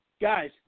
guys